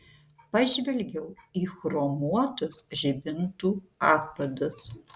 pažvelgiau į chromuotus žibintų apvadus